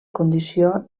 condició